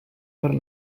per